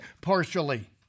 partially